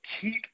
keep –